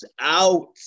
out